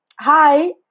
hi